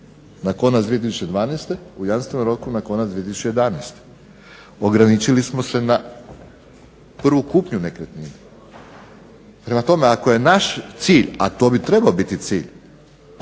na konac 2012., u jamstvenom roku na konac 2011. Ograničili smo se na prvu kupnju nekretnine. Prema tome ako je naš cilj, a to bi trebao biti cilj,